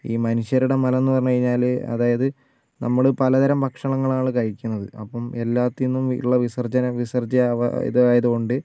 ഈ മനുഷ്യരുടെ മലം എന്ന് പറഞ്ഞു കഴിഞ്ഞാൽ അതായത് നമ്മൾ പലതരം ഭക്ഷണങ്ങളാണ് കഴിക്കുന്നത് അപ്പോൾ എല്ലാത്തിൽനിന്നും ഉള്ള വിസർജ്ജന വിസർജ്ജന ഇതായത് കൊണ്ട്